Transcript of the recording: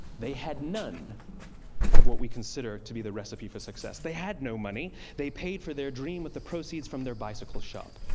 they had none of what we consider to be the recipe for success. they had no money they paid for their dream with the proceeds from their bicycle shop.